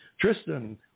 Tristan